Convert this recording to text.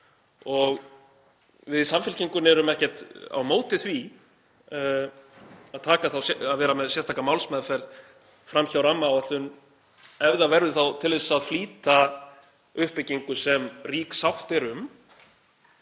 og við í Samfylkingunni erum ekkert á móti því að vera með sérstaka málsmeðferð fram hjá rammaáætlun ef það verður þá til þess að flýta uppbyggingu sem rík sátt er um